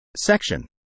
Section